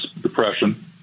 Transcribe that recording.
Depression—